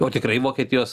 jau tikrai vokietijos